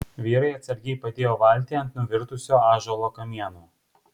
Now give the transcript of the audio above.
vyrai atsargiai padėjo valtį ant nuvirtusio ąžuolo kamieno